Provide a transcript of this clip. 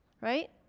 right